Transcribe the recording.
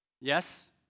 Yes